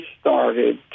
started